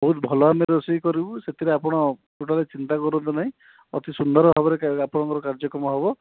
ବହୁତ ଭଲ ଆମେ ରୋଷେଇ କରିବୁ ସେଥିରେ ଆପଣ ଟୋଟାଲ୍ ଚିନ୍ତା କରନ୍ତୁ ନାହିଁ ଅତି ସୁନ୍ଦର ଭାବରେ ଆପଣଙ୍କର କାର୍ଯ୍ୟକ୍ରମ ହେବ